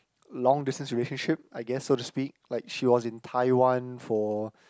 long distance relationship I guess so to speak like she was in Taiwan for